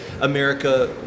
America